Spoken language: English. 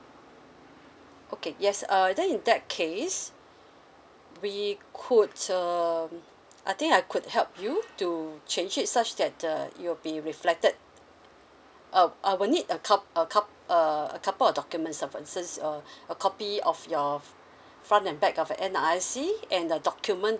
okay yes uh then in that case we could err I think I could help you to change it such that uh it will be reflected uh I will need a cup a cup err a couple of documents uh for instance uh a a copy of your front and back of your N_R_I_C and the document